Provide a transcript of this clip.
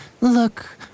look